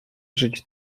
żyć